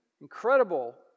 incredible